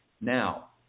Now